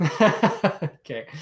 Okay